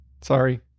Sorry